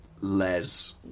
Les